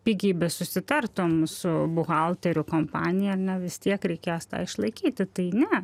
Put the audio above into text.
pigiai besusitartum su buhalteriu kompanija ar ne vis tiek reikės tai išlaikyti tai ne